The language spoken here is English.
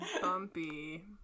Bumpy